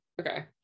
okay